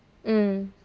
mm